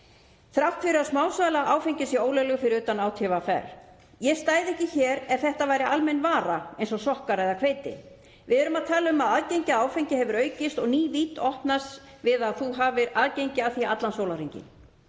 þrátt fyrir að smásala á áfengi sé ólögleg fyrir utan ÁTVR. Ég stæði ekki hér ef þetta væri almenn vara eins og sokkar eða hveiti. Við erum að tala um að aðgengi að áfengi hefur aukist og ný vídd opnast við að þú hafir aðgengi að því allan sólarhringinn.